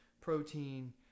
protein